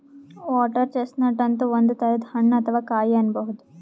water chestnut ಅಂತ್ ಒಂದ್ ತರದ್ ಹಣ್ಣ್ ಅಥವಾ ಕಾಯಿ ಅನ್ಬಹುದ್